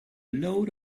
node